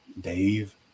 Dave